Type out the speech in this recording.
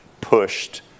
pushed